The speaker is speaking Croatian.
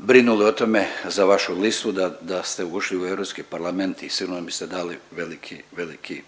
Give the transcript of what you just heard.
brinuli o tome za vašu listu da, da ste ušli u Europski parlament i sigurno biste dali veliki, veliki